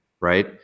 right